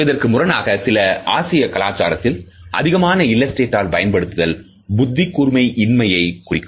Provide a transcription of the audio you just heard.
இதற்கு முரணாக சில ஆசிய கலாச்சாரத்தில் அதிகமான இல்லஸ்டேட்டஸ் பயன்படுத்துதல் புத்தி கூர்மை இன்மையை குறிக்கும்